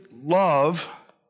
love